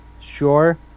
Sure